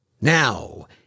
Now